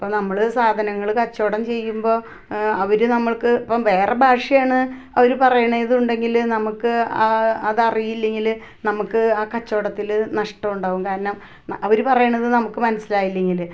അപ്പം നമ്മൾ സാധനങ്ങൾ കച്ചവടം ചെയ്യുമ്പോൾ അവർ നമ്മൾക്ക് ഇപ്പം വേറെ ഭാഷയാണ് അവർ പറയുന്നതുണ്ടെങ്കിൽ നമുക്ക് അത് അറിയില്ലെങ്കിൽ നമുക്ക് ആ കച്ചവടത്തിൽ നഷ്ടമുണ്ടാവും കാരണം അവർ പറയുന്നത് നമുക്ക് മനസ്സിലായില്ലെങ്കിൽ